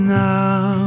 now